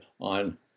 on